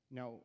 Now